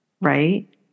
right